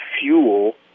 fuel